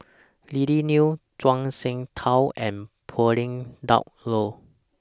Lily Neo Zhuang Shengtao and Pauline Dawn Loh